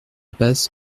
passe